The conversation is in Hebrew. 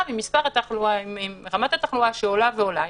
עם רמת התחלואה שעולה ועולה,